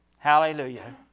Hallelujah